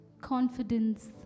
Confidence